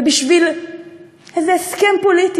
ובשביל איזה הסכם פוליטי,